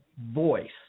voice